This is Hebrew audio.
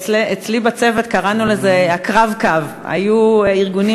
אצלי בצוות קראנו לזה ה"קרב-קו"; היו ארגונים